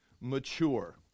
mature